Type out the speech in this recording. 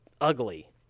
ugly